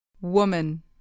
Woman